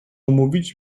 umówić